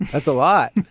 that's a lot